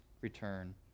return